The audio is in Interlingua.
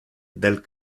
del